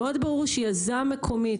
ברור מאוד שיזם מקומי,